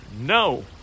No